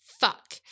Fuck